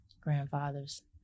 grandfathers